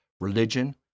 religion